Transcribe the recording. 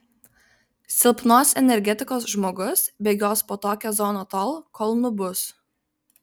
silpnos energetikos žmogus bėgios po tokią zoną tol kol nubus